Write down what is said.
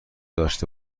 داشته